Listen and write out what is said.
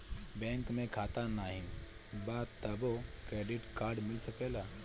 Bank में खाता नाही बा तबो क्रेडिट कार्ड मिल सकेला?